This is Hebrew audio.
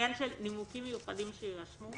לעניין של נימוקים מיוחדים שיירשמו.